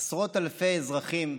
עשרות אלפי אזרחים,